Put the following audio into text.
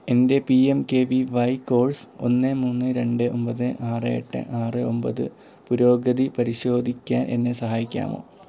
എൻ്റെ P M K V Y course ഒന്ന് മൂന്ന് രണ്ട് ഒമ്പത് ആറ് എട്ട് ആറ് ഒമ്പത് പുരോഗതി പരിശോധിക്കാൻ എന്നെ സഹായിക്കാമോ